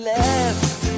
left